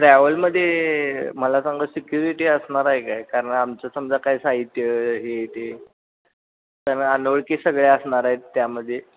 ट्रॅव्हलमध्ये मला सांगा सिक्युरिटी असणार आहे काय कारण आमचं समजा काय साहित्य हे ते कारण अनोळखी सगळे असणार आहेत त्यामध्ये